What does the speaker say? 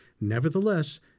Nevertheless